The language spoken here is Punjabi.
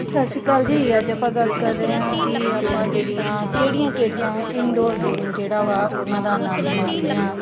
ਸਤਿ ਸ਼੍ਰੀ ਅਕਾਲ ਜੀ ਅੱਜ ਆਪਾਂ ਗੱਲ ਕਰ ਰਹੇ ਹਾਂ ਕਿ ਆਪਾਂ ਜਿਹੜੀਆਂ ਕਿਹੜੀਆਂ ਕਿਹੜੀਆਂ ਇਨਡੋਰ ਗੇਮ ਜਿਹੜਾ ਵਾ ਉਹਨਾਂ ਦਾ ਆਨੰਦ ਮਾਣਦੇ ਹਾਂ